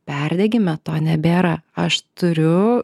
perdegime to nebėra aš turiu